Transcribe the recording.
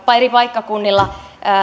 eri paikkakunnilla voitaisiin huomioida